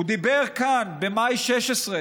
הוא דיבר כאן במאי 2016,